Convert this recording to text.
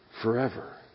forever